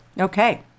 Okay